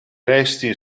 resti